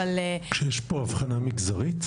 אבל --- יש פה הבחנה מגזרית?